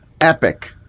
epic